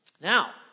Now